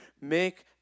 Make